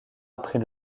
après